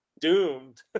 doomed